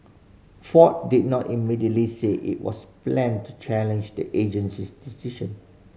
ford did not immediately say if was planned to challenge the agency's decision